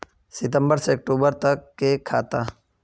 सितम्बर से अक्टूबर तक के खाता?